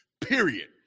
period